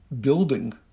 building